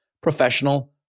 professional